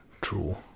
true